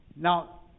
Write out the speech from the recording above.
Now